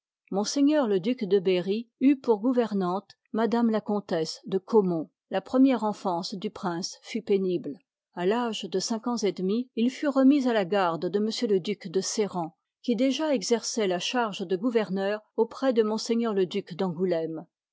m le duc de berry eut pour gouvernante m la comtesse de caumont la première enfance du prince fut pénible a tâge i part de cinq ans et demi il fut remis à la garde liv i de m le duc de sërent qui déjà exerçoit la charge de gouverneur auprès de ms le duc d'angouléme